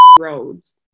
roads